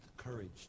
courage